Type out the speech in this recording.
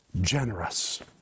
generous